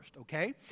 okay